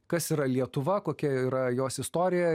kas yra lietuva kokia yra jos istorija